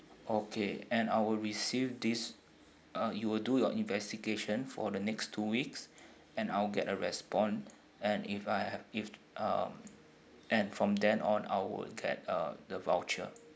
okay and I will receive this uh you will do your investigation for the next two weeks and I'll get a response and if I if um and from then on I will get uh the voucher